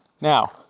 Now